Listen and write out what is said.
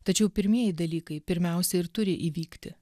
tačiau pirmieji dalykai pirmiausia ir turi įvykti